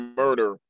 murder